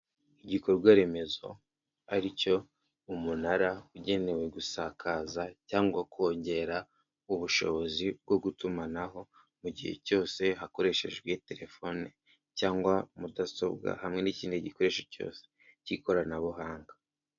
Igikorwa remezo ari cyo umunara ugenewe gusakaza cyangwa kongera ubushobozi bwo gutumanaho mu gihe cyose hakoreshejwe terefoni cyangwa mudasobwa, hamwe n'ikindi gikoresho cyose cy'ikoranabuhanga.